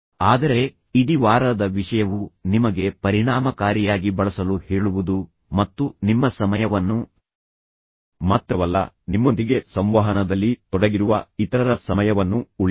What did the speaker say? ಆದರೆ ಇಡೀ ವಾರದ ವಿಷಯವು ನಿಮಗೆ ಪರಿಣಾಮಕಾರಿಯಾಗಿ ಬಳಸಲು ಹೇಳುವುದು ಮತ್ತು ನಿಮ್ಮ ಸಮಯವನ್ನು ಮಾತ್ರವಲ್ಲ ನಿಮ್ಮೊಂದಿಗೆ ಸಂವಹನದಲ್ಲಿ ತೊಡಗಿರುವ ಇತರರ ಸಮಯವನ್ನು ಉಳಿಸುವುದು